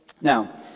Now